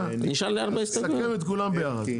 תסכל על כולן ביחד.